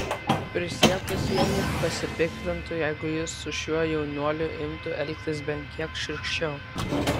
prisiekusieji pasipiktintų jeigu jis su šiuo jaunuoliu imtų elgtis bent kiek šiurkščiau